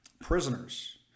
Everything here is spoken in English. prisoners